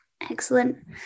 Excellent